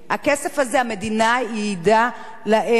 הכסף הזה, המדינה ייעדה אותו להם.